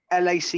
LAC